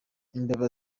imbeba